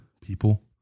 people